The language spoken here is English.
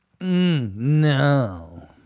No